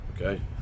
Okay